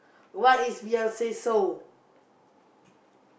why is Beyonce so